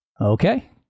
Okay